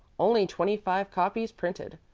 only twenty-five copies printed.